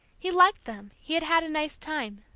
he liked them he had had a nice time!